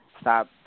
stop